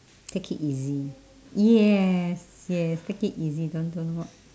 take it easy yes yes take it easy don't don't wo~